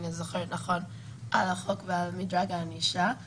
מדובר על להזמין טכנאי גז שהוא לא טכנאי גז רשמי והוא לא מפוקח,